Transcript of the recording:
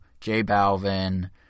J-Balvin